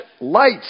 lights